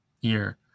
year